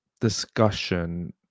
discussion